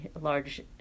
large